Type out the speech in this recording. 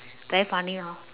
very funny hor